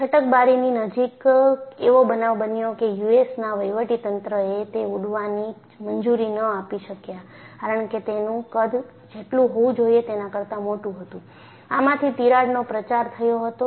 છટકબારીની નજીક એવો બનાવ બન્યો કે યુએસ નાં વહીવટીતંત્ર એ તેને ઉડવાની મંજૂરી ન આપી શક્યા કારણ કે તેનું કદ જેટલું હોવું જોઈએ તેના કરતા મોટું હતું આમાંથી તિરાડનો પ્રચાર થયો હતો